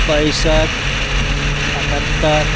पैसठ अठहतर